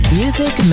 music